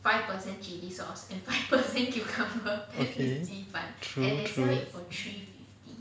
okay true true